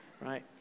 Right